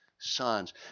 Sons